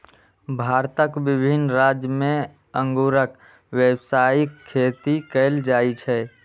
भारतक विभिन्न राज्य मे अंगूरक व्यावसायिक खेती कैल जाइ छै